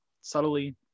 subtly